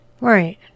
Right